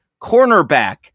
Cornerback